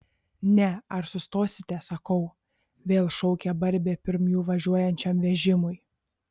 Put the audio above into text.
ne ar sustosite sakau vėl šaukia barbė pirm jų važiuojančiam vežimui